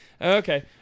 Okay